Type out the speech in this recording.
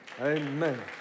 Amen